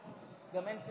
ללא